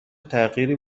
تغییری